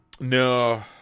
No